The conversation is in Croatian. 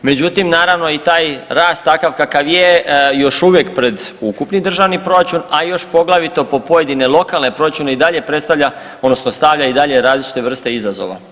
Međutim, naravno i taj rast takav kakav je još uvijek pred ukupni državni proračun, a i još poglavito po pojedine lokalne proračune i dalje predstavlja odnosno stavlja i dalje različite vrste izazova.